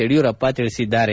ಯಡಿಯೂರಪ್ಪ ಹೇಳಿದ್ದಾರೆ